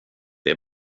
det